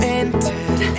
entered